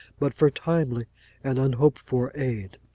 but for timely and unhoped-for aid.